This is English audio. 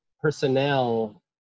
personnel